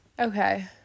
okay